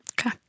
Okay